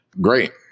great